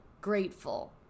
grateful